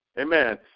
amen